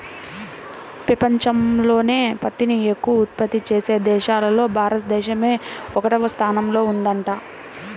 పెపంచంలోనే పత్తిని ఎక్కవగా ఉత్పత్తి చేసే దేశాల్లో భారతదేశమే ఒకటవ స్థానంలో ఉందంట